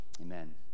Amen